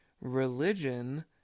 religion